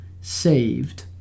saved